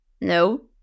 no